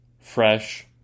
fresh